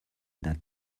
that